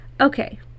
Okay